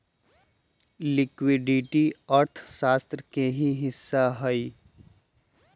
liquidity अर्थशास्त्र के ही हिस्सा हई